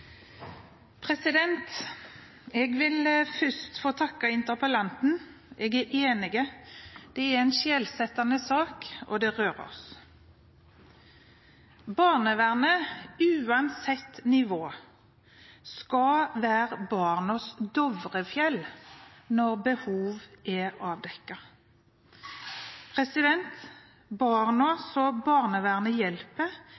institusjonsfeltet. Jeg vil først takke interpellanten. Jeg er enig. Det er en skjellsettende sak – og den rører oss. Barnevernet, uansett nivå, skal være barnas Dovrefjell når behov er